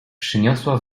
przyniosła